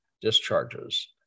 discharges